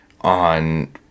on